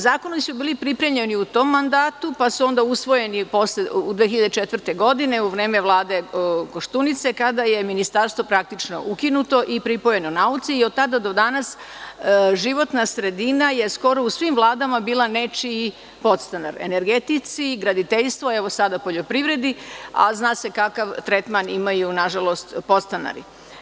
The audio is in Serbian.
Zakoni su bili pripremljeni u tom mandatu, pa su onda usvojeni 2004. godine u vreme Vlade Koštunice kada je Ministarstvo praktično ukinuto i pripojeno nauci i od tada do danas životna sredina je skoro u svim vladama bila nečiji podstanar, energetici, graditeljstvu, evo sada poljoprivredi, a zna se kakav tretman imaju, nažalost, podstanari.